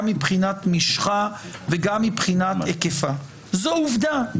מבחינת משכה וגם מבחינת היקפה זו עובדה,